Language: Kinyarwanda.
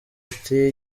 ati